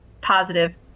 positive